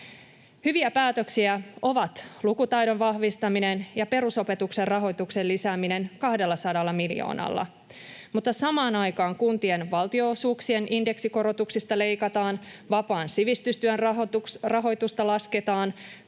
Hyviä päätöksiä ovat lukutaidon vahvistaminen ja perusopetuksen rahoituksen lisääminen 200 miljoonalla, mutta samaan aikaan kuntien valtionosuuksien indeksikorotuksista leikataan, vapaan sivistystyön rahoitusta lasketaan,